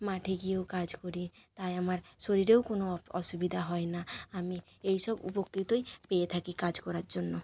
মাঠে গিয়েও কাজ করি তাই আমার শরীরেও কোনো অসুবিধা হয় না আমি এই সব উপকারই পেয়ে থাকি কাজ করার জন্য